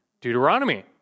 Deuteronomy